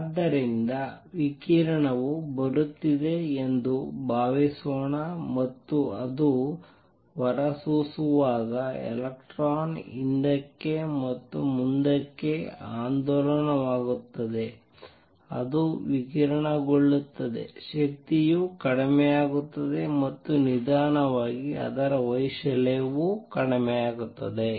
ಅದ್ದರಿಂದ ವಿಕಿರಣವು ಬರುತ್ತಿದೆ ಎಂದು ಭಾವಿಸೋಣ ಮತ್ತು ಅದು ಹೊರಸೂಸುವಾಗ ಎಲೆಕ್ಟ್ರಾನ್ ಹಿಂದಕ್ಕೆ ಮತ್ತು ಮುಂದಕ್ಕೆ ಆಂದೋಲನಗೊಳ್ಳುತ್ತದೆ ಅದು ವಿಕಿರಣಗೊಳ್ಳುತ್ತದೆ ಶಕ್ತಿಯು ಕಡಿಮೆಯಾಗುತ್ತದೆ ಮತ್ತು ನಿಧಾನವಾಗಿ ಅದರ ವೈಶಾಲ್ಯವು ಕಡಿಮೆಯಾಗುತ್ತದೆ